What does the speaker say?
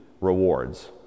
rewards